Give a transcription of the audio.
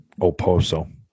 Oposo